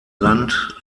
land